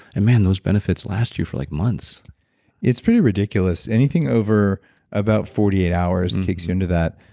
and man, those benefits last you for like months it's pretty ridiculous, anything over about forty eight hours and kicks you into that.